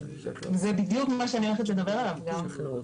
זה בדיוק מה שאני הולכת לדבר עליו גם.